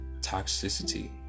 toxicity